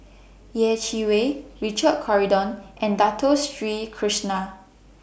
Yeh Chi Wei Richard Corridon and Dato Sri Krishna